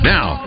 Now